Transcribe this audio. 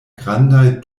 grandaj